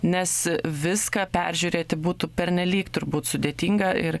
nes viską peržiūrėti būtų pernelyg turbūt sudėtinga ir